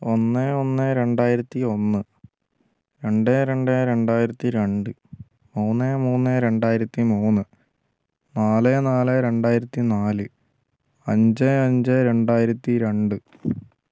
ഒന്ന് ഒന്ന് രണ്ടായിരത്തി ഒന്ന് രണ്ട് രണ്ട് രണ്ടായിരത്തി രണ്ട് മൂന്ന് മൂന്ന് രണ്ടായിരത്തി മൂന്ന് നാല് നാല് രണ്ടായിരത്തി നാല് അഞ്ച് അഞ്ച് രണ്ടായിരത്തി രണ്ട്